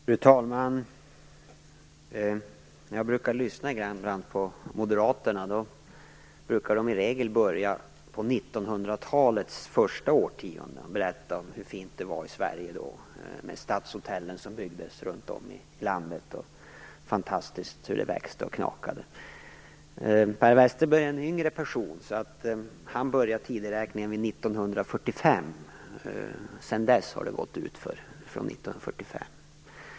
Fru talman! När jag lyssnar på moderater brukar de i regel börja på nittonhundratalets första årtionde och berätta om hur fint det var i Sverige då, med stadshotellen som byggdes runt om i landet och hur fantastiskt det växte och knakade. Per Westerberg är en yngre person, så han börjar tideräkningen vid 1945. Sedan dess har det gått utför, menar han.